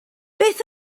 beth